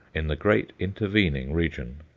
in the great intervening region.